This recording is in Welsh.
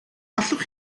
allwch